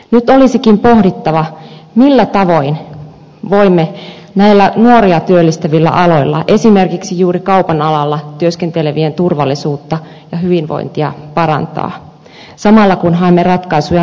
nyt olisikin pohdittava millä tavoin voimme näillä nuoria työllistävillä aloilla esimerkiksi juuri kaupan alalla työskentelevien turvallisuutta ja hyvinvointia parantaa samalla kun haemme ratkaisuja nuorten työllistymiselle